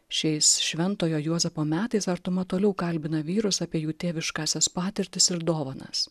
šiais šventojo juozapo metais artuma toliau kalbina vyrus apie jų tėviškąsias patirtis ir dovanas